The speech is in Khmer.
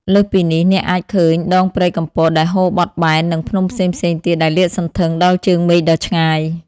លើសពីនេះ អ្នកអាចឃើញដងព្រែកកំពតដែលហូរបត់បែន និងភ្នំផ្សេងៗទៀតដែលលាតសន្ធឹងដល់ជើងមេឃដ៏ឆ្ងាយ។